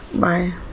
bye